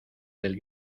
del